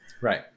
Right